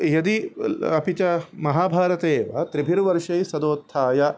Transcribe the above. यदि अपि च महाभारते एव त्रिभिर्वर्षैस्सदोत्थाय